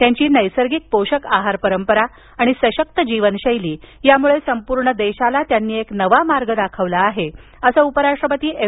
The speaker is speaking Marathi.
त्यांची नैसर्गिक पोषक आहार परंपरा आणि सशक्त जीवनशैली यामुळे संपूर्ण देशाला त्यांनी एक नवा मार्ग दाखवला आहे असं उपराष्ट्रपती एम